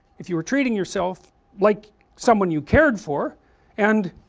if you were treating yourself like someone you cared for and,